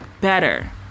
better